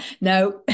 No